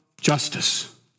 justice